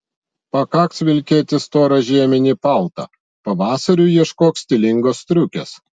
pakaks vilkėti storą žieminį paltą pavasariui ieškok stilingos striukės